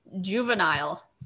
juvenile